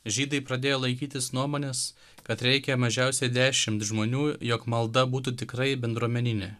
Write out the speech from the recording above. žydai pradėjo laikytis nuomonės kad reikia mažiausiai dešimt žmonių jog malda būtų tikrai bendruomeninė